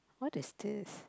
what is this